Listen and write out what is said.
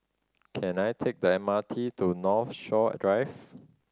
can I take the M R T to Northshore Drive